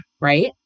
right